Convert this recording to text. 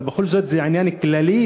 אבל בכל זאת זה עניין כללי.